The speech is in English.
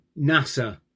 NASA